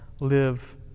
live